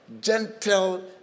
gentle